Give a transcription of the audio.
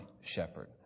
shepherd